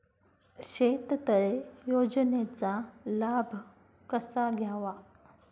शेततळे योजनेचा लाभ कसा घ्यावा?